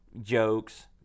jokes